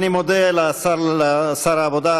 אני מודה לשר העבודה,